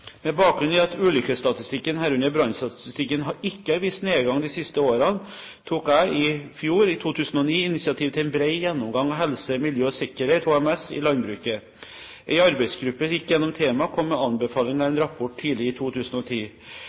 Med bakgrunn i at ulykkesstatistikken, herunder brannstatistikken, ikke har vist nedgang de siste årene, tok jeg i fjor – i 2009 – initiativ til en bred gjennomgang av helse, miljø og sikkerhet, HMS, i landbruket. En arbeidsgruppe gikk gjennom temaet og kom med anbefalinger i en rapport tidlig i 2010.